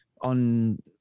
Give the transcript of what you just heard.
on